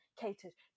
catered